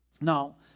Now